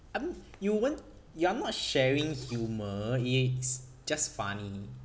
I mean you weren't you are not sharing humour it's just funny